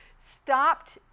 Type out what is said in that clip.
stopped